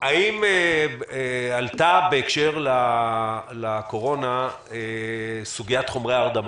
האם עלתה בהקשר לקורונה סוגיית חומרי ההרדמה?